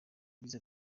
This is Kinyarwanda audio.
yagize